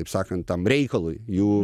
taip sakant tam reikalui jų